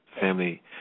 Family